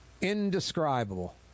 Indescribable